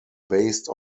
based